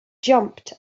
jumped